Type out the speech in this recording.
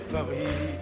Paris